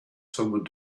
someone